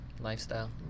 lifestyle